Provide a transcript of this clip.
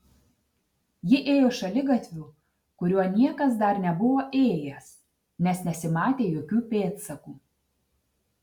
ji ėjo šaligatviu kuriuo niekas dar nebuvo ėjęs nes nesimatė jokių pėdsakų